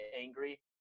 angry